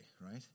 right